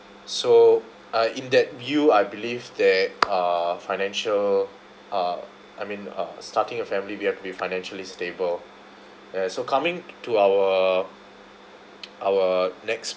so uh in that view I believe there are financial uh I mean uh starting a family we have to be financially stable ya so coming to our our next